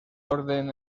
orden